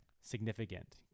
significant